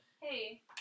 Hey